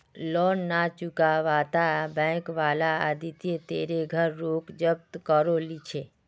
loan ना चुकावाता bank वाला आदित्य तेरे घर रोक जब्त करो ली छे